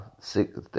six